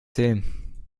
zählen